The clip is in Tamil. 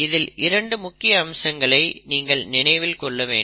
இதில் இரண்டு முக்கிய அம்சங்களை தான் நீங்கள் நினைவில் கொள்ள வேண்டும்